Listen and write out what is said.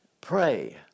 pray